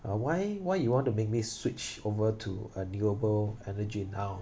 uh why why you want to make me switch over to a renewable energy now